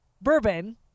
bourbon